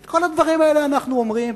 את כל הדברים האלה אנחנו אומרים,